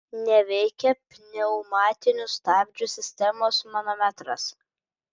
neveikia pneumatinių stabdžių sistemos manometras